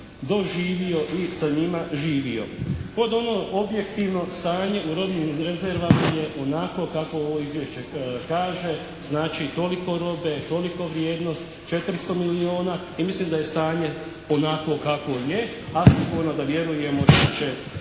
doživio i sa njima živio. Pod ono objektivno stanje u robnim rezervama je onako kako ovo izvješće kaže, znači toliko robe, toliko vrijednost, 400 milijuna, i mislim da je stanje onakvo kakvo je, a sigurno je da vjerujemo